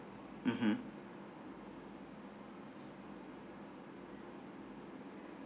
mmhmm